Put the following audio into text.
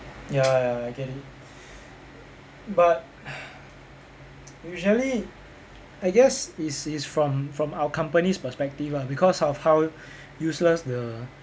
ya ya I get it but usually I guess is is from from our company's perspective ah because of how useless the